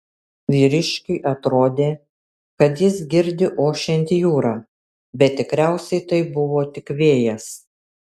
vyriškiui atrodė kad jis girdi ošiant jūrą bet tikriausiai tai buvo tik vėjas